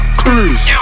cruise